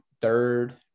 third